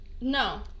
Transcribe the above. No